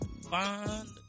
find